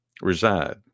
reside